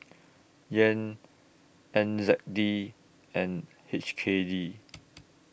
Yen N Z D and H K D